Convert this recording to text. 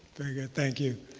very good. thank you.